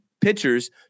pitchers